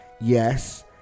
yes